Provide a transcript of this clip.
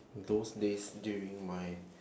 those days during my